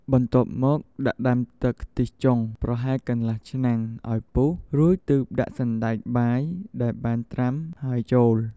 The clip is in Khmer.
បន្ទាប់មក ដាក់ដាំទឹក ខ្ទិះចុង ប្រហែលកន្លះឆ្នាំងឱ្យពុះ រួចទើបដាក់សណ្ដែកបាយដែលបានត្រាំហើយចូល។